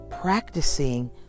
practicing